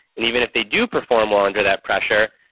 and even if they do perform well under that pressure,